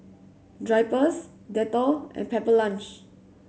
Drypers Dettol and Pepper Lunch